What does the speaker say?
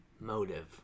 Motive